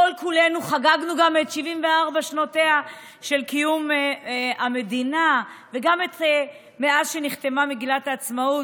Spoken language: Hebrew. חגגנו גם את 74 שנות קיום המדינה וגם מאז שנחתמה מגילת העצמאות.